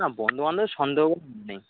না বন্ধু বান্ধবের সন্দেহ করে লাভ নেই